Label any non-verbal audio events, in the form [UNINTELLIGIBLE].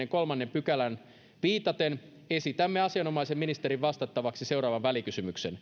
pykälään viitaten esitämme asianomaisen ministerin vastattavaksi seuraavan välikysymyksen [UNINTELLIGIBLE]